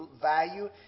value